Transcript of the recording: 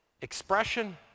expression